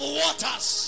waters